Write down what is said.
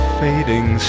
fading